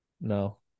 no